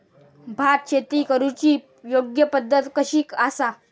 भात शेती करुची योग्य पद्धत कशी आसा?